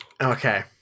okay